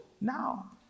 now